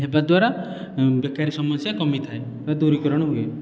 ହେବାଦ୍ବାରା ବେକାରୀ ସମସ୍ୟା କମିଥାଏ ବା ଦୂରୀକରଣ ହୁଏ